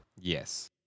Yes